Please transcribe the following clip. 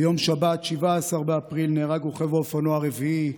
ביום שבת, 17 באפריל, נהרג רוכב האופנוע הרביעי,